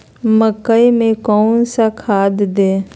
मकई में कौन सा खाद दे?